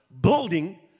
building